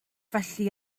felly